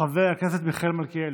חבר הכנסת מיכאל מלכיאלי,